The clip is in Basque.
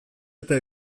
eta